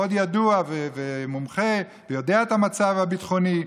שהוא מאוד ידוע ומומחה ויודע מה המצב הביטחוני.